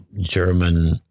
German